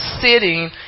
sitting